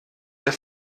der